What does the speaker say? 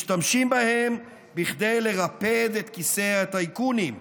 משתמשים בהם כדי לרפד את כיסא הטייקונים.